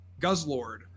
Guzzlord